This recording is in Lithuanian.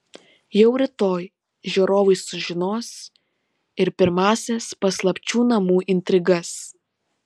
jau rytoj žiūrovai sužinos ir pirmąsias paslapčių namų intrigas